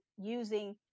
using